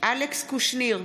אלכס קושניר,